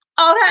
Okay